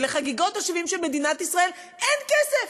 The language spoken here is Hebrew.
שלחגיגות ה-70 של מדינת ישראל אין כסף.